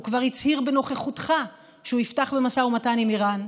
הוא כבר הצהיר בנוכחותך שהוא יפתח במשא ומתן עם איראן.